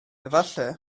efallai